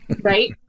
right